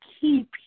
keep